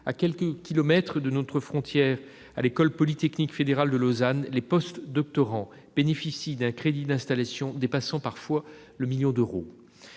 À quelques kilomètres de notre frontière, à l'École polytechnique fédérale de Lausanne, les post-doctorants bénéficient d'un crédit d'installation dépassant parfois le million d'euros.